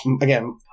Again